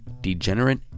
Degenerate